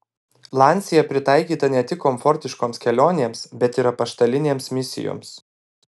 lancia pritaikyta ne tik komfortiškoms kelionėms bet ir apaštalinėms misijoms